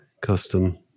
custom